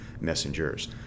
messengers